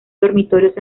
dormitorios